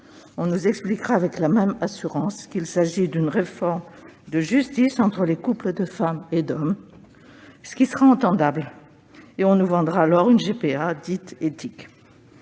On nous expliquera avec la même assurance qu'il s'agit d'une réforme de justice entre les couples de femmes et d'hommes, ce qui pourra s'entendre. Et on nous vendra alors une GPA dite « éthique